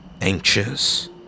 anxious